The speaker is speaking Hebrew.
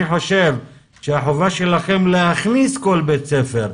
אני חושב שהחובה שלכם להכניס כל בית ספר,